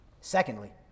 Secondly